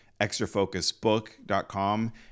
extrafocusbook.com